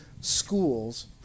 schools